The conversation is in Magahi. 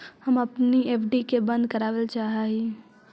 हम अपन एफ.डी के बंद करावल चाह ही